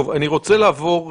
אני רוצה לעבור,